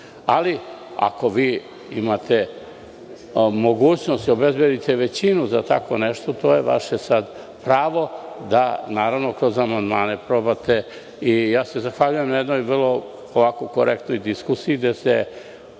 ali ako vi imate mogućnost i obezbedite većinu za tako nešto, to je vaše pravo da, naravno kroz amandmane probate. Zahvaljujem se na jednoj vrlo korektnoj diskusiji gde se